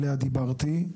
עליה דיברתי.